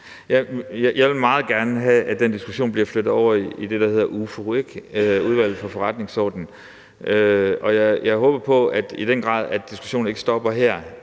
Jeg vil meget gerne have, at den diskussion bliver flyttet over i det, der hedder UFO, Udvalget for Forretningsordenen. Og jeg håber i den grad på, at diskussionen ikke stopper her.